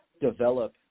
develop